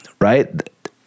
right